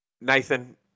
Nathan